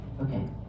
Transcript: Okay